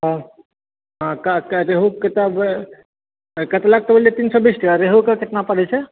हँ हँ कै कै रेहूँ के कतला के कहलिए तीन सए बेस टका रेहूँ के कितना परै छै